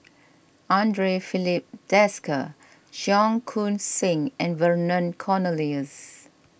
andre Filipe Desker Cheong Koon Seng and Vernon Cornelius